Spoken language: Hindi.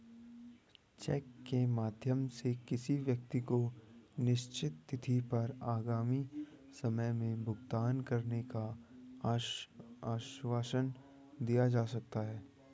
चेक के माध्यम से किसी व्यक्ति को निश्चित तिथि पर आगामी समय में भुगतान करने का आश्वासन दिया जा सकता है